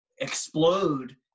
explode